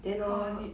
how was it